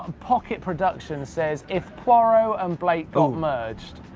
pokit productions says, if poirot and blake got merged.